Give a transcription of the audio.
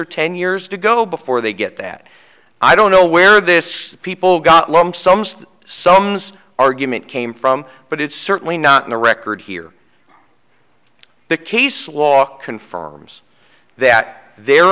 or ten years to go before they get that i don't know where this people got lump sums sums argument came from but it's certainly not in the record here the case law confirms that their